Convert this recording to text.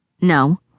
No